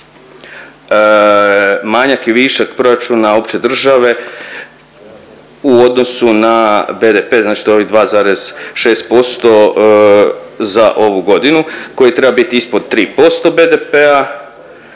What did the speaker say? manjak i višak proračuna opće države u odnosu na BDP, znači da ovih 2,6% za ovu godinu koji treba biti ispod 3% BDP-a.